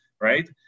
right